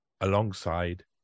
alongside